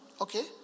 okay